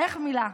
איך מילה?